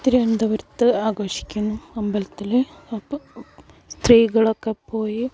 തിരുവനന്തപുരത്ത് ആഘോഷിക്കുന്നു അമ്പലത്തിൽ സ്ത്രീകളൊക്കെ പോയി